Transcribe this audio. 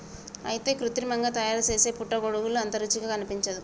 అయితే కృత్రిమంగా తయారుసేసే పుట్టగొడుగులు అంత రుచిగా అనిపించవు